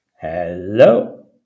Hello